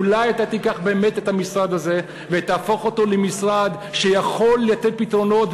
אולי אתה תיקח באמת את המשרד הזה ותהפוך אותו למשרד שיכול לתת פתרונות,